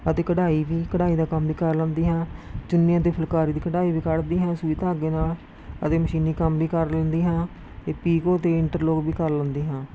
ਅਤੇ ਕਢਾਈ ਵੀ ਕਢਾਈ ਦਾ ਕੰਮ ਵੀ ਕਰ ਲੈਂਦੀ ਹਾਂ ਚੁੰਨੀਆਂ ਅਤੇ ਫੁਲਕਾਰੀ ਵੀ ਕਢਾਈ ਵੀ ਕੱਢਦੀ ਹਾਂ ਸੂਈ ਧਾਗੇ ਨਾਲ ਅਤੇ ਮਸ਼ੀਨੀ ਕੰਮ ਵੀ ਕਰ ਲੈਂਦੀ ਹਾਂ ਅਤੇ ਪੀਕੋ ਅਤੇ ਇੰਟਰਲੋਕ ਵੀ ਕਰ ਲੈਂਦੀ ਹਾਂ